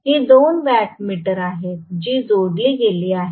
ही दोन wattmeter आहेत जी येथे जोडली गेली आहेत